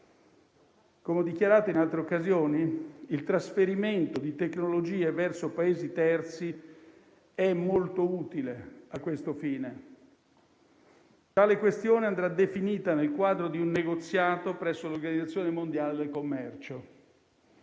Come ho dichiarato in altre occasioni, il trasferimento di tecnologie verso Paesi terzi è molto utile a questo fine; tale questione andrà definita nel quadro di un negoziato presso l'Organizzazione mondiale del commercio.